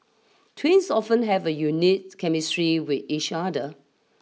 twins often have a unique chemistry with each other